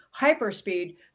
hyperspeed